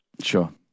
Sure